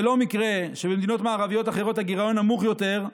זה לא מקרה שבמדינות מערביות אחרות הגירעון נמוך יותר,